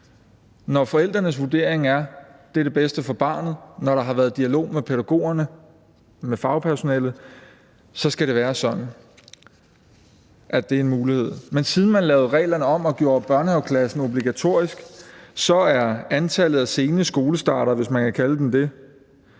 når forældrenes vurdering er, at det er det bedste for barnet, og når der har været dialog med pædagogerne, med fagpersonalet, så skal det være sådan, at det er en mulighed. Men siden man lavede reglerne om og gjorde børnehaveklassen obligatorisk, er antallet af sene skolestartere, hvis man kan kalde dem det,